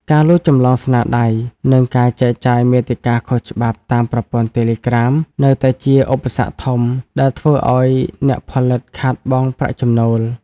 ការលួចចម្លងស្នាដៃ និងការចែកចាយមាតិកាខុសច្បាប់តាមប្រព័ន្ធតេឡេក្រាម នៅតែជាឧបសគ្គធំដែលធ្វើឱ្យអ្នកផលិតខាតបង់ប្រាក់ចំណូល។